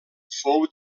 fou